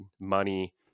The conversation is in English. money